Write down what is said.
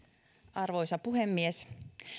arvoisa puhemies